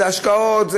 זה השקעות,